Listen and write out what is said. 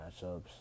matchups